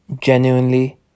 Genuinely